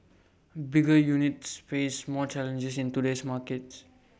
bigger units face more challenges in today's market